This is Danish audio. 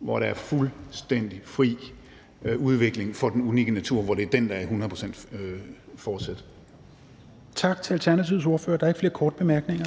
hvor der er fuldstændig fri udvikling for den unikke natur. Kl. 16:11 Fjerde næstformand (Rasmus Helveg Petersen): Tak til Alternativets ordfører. Der er ikke flere korte bemærkninger.